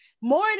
More